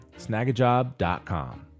snagajob.com